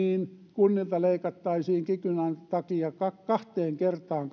kunnilta leikattaisiin kikyn takia kahteen kertaan